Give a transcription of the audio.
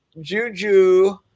Juju